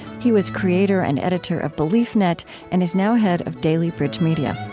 he was creator and editor of beliefnet and is now head of daily bridge media